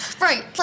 Right